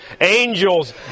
angels